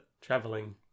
traveling